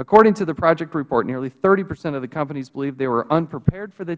according to the project report nearly thirty percent of the companies believed they were unprepared for the